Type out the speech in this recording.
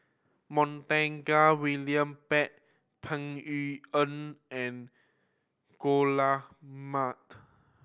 Montague William Pett Peng Yuyun and Dollah Majid